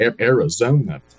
Arizona